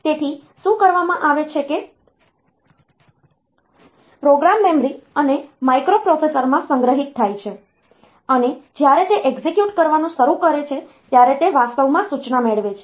તેથી શું કરવામાં આવે છે કે પ્રોગ્રામ મેમરી અને માઇક્રોપ્રોસેસરમાં સંગ્રહિત થાય છે અને જ્યારે તે એક્ઝેક્યુટ કરવાનું શરૂ કરે છે ત્યારે તે વાસ્તવમાં સૂચના મેળવે છે